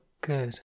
good